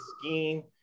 scheme